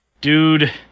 Dude